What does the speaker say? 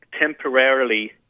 temporarily